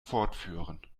fortführen